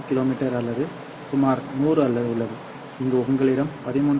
me அல்லது சுமார் 100 உள்ளது இங்கே உங்களிடம் 13